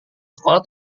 sekolah